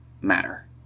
matter